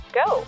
go